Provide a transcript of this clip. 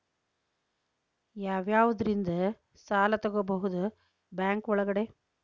ಯಾವ್ಯಾವುದರಿಂದ ಸಾಲ ತಗೋಬಹುದು ಬ್ಯಾಂಕ್ ಒಳಗಡೆ?